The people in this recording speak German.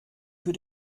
für